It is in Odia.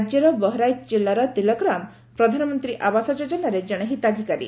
ରାଜ୍ୟର ବହରାଇଚ ଜିଲ୍ଲାର ତିଲକରାମ ପ୍ରଧାନମନ୍ତ୍ରୀ ଆବାସ ଯୋଜନାର ଜଣେ ହିତାଧିକାରୀ